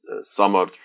summer